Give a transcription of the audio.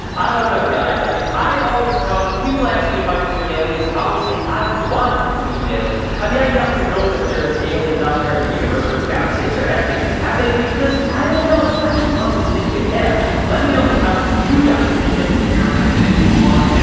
and i don't know, guys. i mean i always tell when people ask me if i believe in aliens i always say i want to believe in aliens, i mean i definitely know that there's aliens out there in the universe for god's sakes there has to be, have they visited us i don't know, i would love to think they have. let me know in the comments if you guys think it. area fifty one. dude, but i